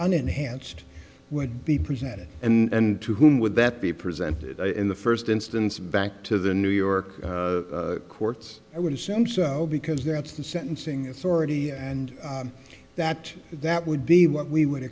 enhanced would be presented and to whom would that be presented in the first instance back to the new york courts i would assume so because that's the sentencing authority and that that would be what we would